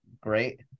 great